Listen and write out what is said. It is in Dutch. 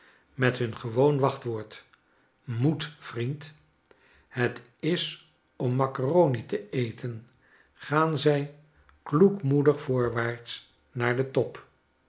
met hun gewoon wachtwoord moed vriend het is om maccaroni te eten gaan zij kloekmoedig voorwaarts naar den top